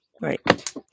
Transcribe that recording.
Right